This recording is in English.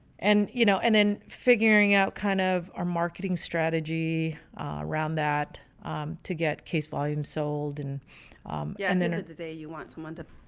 and you know, and then figuring out kind of our marketing strategy around that to get case volume sold and yeah and then the day you want someone to,